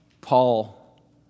Paul